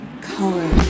color